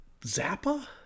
Zappa